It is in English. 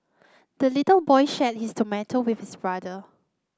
the little boy shared his tomato with his brother